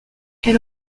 elle